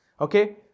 Okay